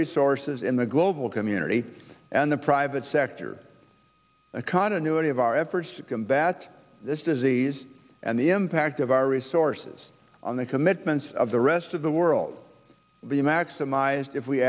resources in the global community and the private sector a continuity of our efforts to combat this disease and the impact of our resources on the commitments of the rest of the world the maximized if we